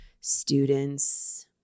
students